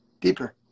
deeper